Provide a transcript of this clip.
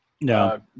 no